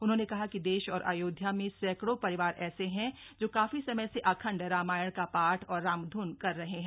उन्होंने कहा कि देश और अयोध्या में सैकड़ों परिवार ऐसे हैं जो काफी समय से अखण्ड रामायण का पाठ और रामधुन कर रहे हैं